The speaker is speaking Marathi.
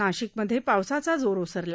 नाशिक मध्ये पावसाचा जोर ओसरला